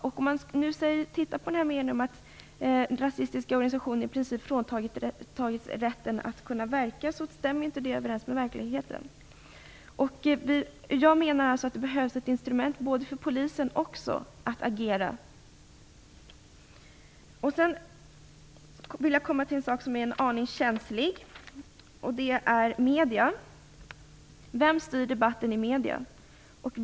Det justitieministern säger i sitt svar om att rasistiska organisationer i princip har fråntagits rätten att verka stämmer alltså inte överens med verkligheten. Jag menar att också polisen behöver ett instrument för att kunna agera. Sedan vill jag ta upp en sak som är en aning känslig, och det gäller medierna. Vem styr debatten i medierna?